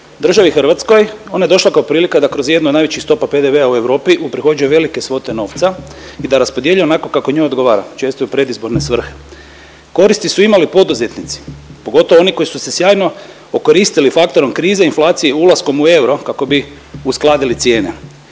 Državi Hrvatskoj ona je došla kao prilika da kroz jednu od najvećih stopa PDV-a u Europi uprihođuje velike svote novca i da raspodjeljuje onako kako njoj odgovara, često i u predizborne svrhe. Koristi su imali poduzetnici pogotovo oni koji su se sjajno okoristili faktorom krize, inflacije, ulaskom u euro kako bi uskladili cijene.